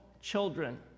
children